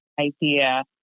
idea